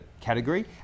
category